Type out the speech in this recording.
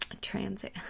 Transit